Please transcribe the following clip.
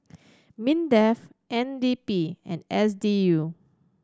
MINDEF N D P and S D U